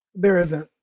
there isn't.